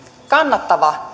kannattava